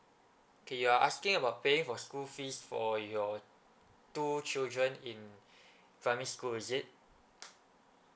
K you're asking about paying for school fees for your two children in primary school is it